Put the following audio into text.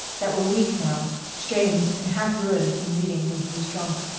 that were weak now, strained, and half-ruined from reading when he was drunk.